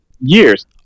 years